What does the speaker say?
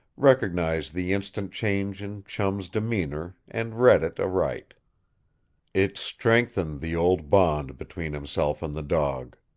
recognized the instant change in chum's demeanor, and read it aright. it strengthened the old bond between himself and the dog.